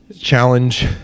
challenge